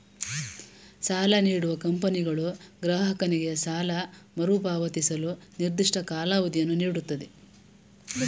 ಸಾಲ ನೀಡುವ ಕಂಪನಿಗಳು ಗ್ರಾಹಕನಿಗೆ ಸಾಲ ಮರುಪಾವತಿಸಲು ನಿರ್ದಿಷ್ಟ ಕಾಲಾವಧಿಯನ್ನು ನೀಡುತ್ತವೆ